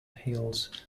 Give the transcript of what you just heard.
hills